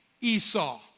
Esau